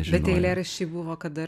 bet eilėraščiai buvo kada